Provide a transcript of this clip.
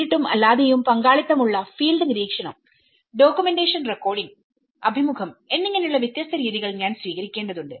നേരിട്ടും അല്ലാതെയും പങ്കാളിത്തമുള്ള ഫീൽഡ് നിരീക്ഷണം ഡോക്യുമെന്റേഷൻ റെക്കോർഡിംഗ് അഭിമുഖം എന്നിങ്ങനെയുള്ള വ്യത്യസ്ത രീതികൾ ഞാൻ സ്വീകരിക്കേണ്ടതുണ്ട്